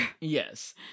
Yes